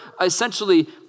essentially